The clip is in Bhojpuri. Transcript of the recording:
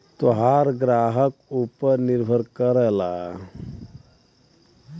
तोहार ग्राहक ऊपर निर्भर करला